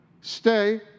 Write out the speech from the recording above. Stay